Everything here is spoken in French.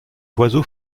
oiseau